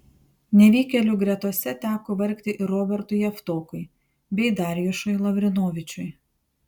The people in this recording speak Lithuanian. nevykėlių gretose teko vargti ir robertui javtokui bei darjušui lavrinovičiui